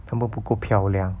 他们不够漂亮